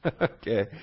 Okay